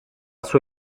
sua